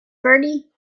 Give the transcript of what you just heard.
bertie